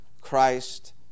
Christ